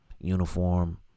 uniform